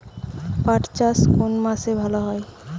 পাট চাষ কোন মাসে ভালো হয়?